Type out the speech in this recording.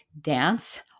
dance